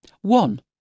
One